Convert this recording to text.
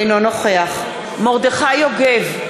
אינו נוכח מרדכי יוגב,